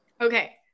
okay